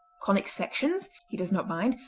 conic sections he does not mind,